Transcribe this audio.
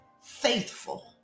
faithful